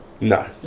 No